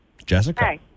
Jessica